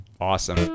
Awesome